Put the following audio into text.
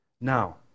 Now